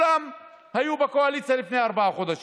ב-1977 הוא קרא לראש המוסד והצהיר ואמר לו את המשפט